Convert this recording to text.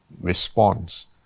response